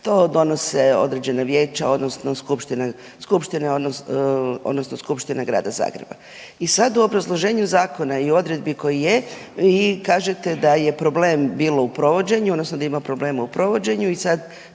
odnosno skupštine, odnosno Skupština Grada Zagreba i sad u obrazloženju Zakona o odredbi koji je, vi kažete da je problem bilo u provođenju, odnosno da ima problema i provođenju i sad